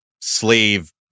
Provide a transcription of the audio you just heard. slave